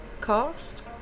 cost